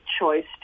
choice